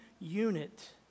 unit